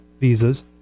visas